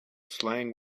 slang